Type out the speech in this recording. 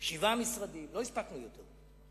שבעה משרדים, לא הספקנו יותר.